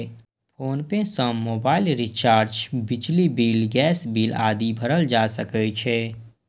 PhonePe सं mobile recharge, बिजली bill, gas bill आदि भरल जा सकै छै